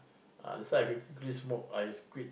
ah that's why I quickly smoke I quit